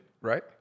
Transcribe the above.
right